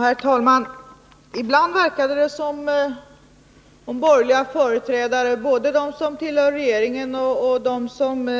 Herr talman! Ibland verkar det som om borgerliga företrädare — både de som tillhör regeringen och de som